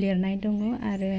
लिरनाय दङ आरो